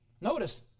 Notice